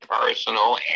personal